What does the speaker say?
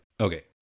Okay